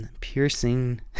piercing